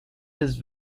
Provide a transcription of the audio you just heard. his